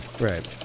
Right